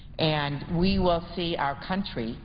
and we will see our country